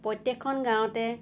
প্ৰত্যেকখন গাঁৱতে